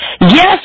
Yes